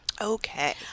Okay